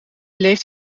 leeft